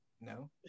No